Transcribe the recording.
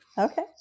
Okay